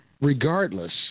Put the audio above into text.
Regardless –